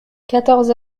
quatorze